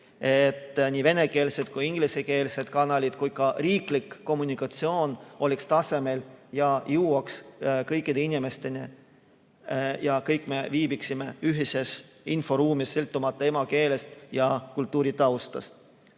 nii venekeelsed ja ingliskeelsed kanalid kui ka riiklik kommunikatsioon oleks tasemel, info jõuaks kõikide inimesteni ja kõik me viibiksime ühises inforuumis, sõltumata emakeelest ja kultuuritaustast.